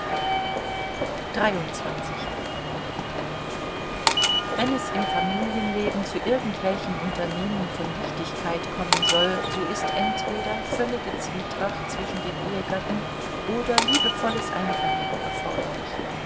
wenn es im familienleben zu irgendwelchem unternehmen von wichtigkeit kommen soll so ist entweder völlige zwietracht zwischen den ehegatten oder liebevolles einvernehmen erforderlich